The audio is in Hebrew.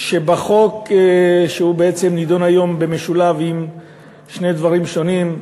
שבחוק שבעצם נדון היום במשולב עם שני דברים שונים,